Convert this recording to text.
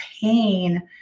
pain